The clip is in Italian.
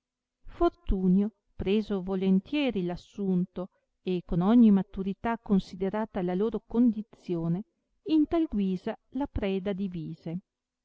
fortunio preso volentieri l assunto e con ogni maturità considerata la loro condizione in tal guisa la preda divise